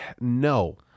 No